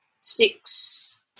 six